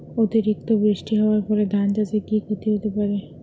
অতিরিক্ত বৃষ্টি হওয়ার ফলে ধান চাষে কি ক্ষতি হতে পারে?